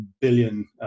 billion